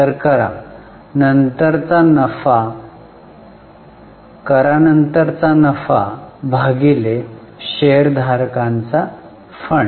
तर करा नंतरचा नफा भागिले शेअरधारकांचा फंड